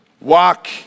walk